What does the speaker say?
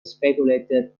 speculated